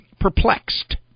perplexed